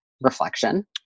reflection